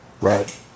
Right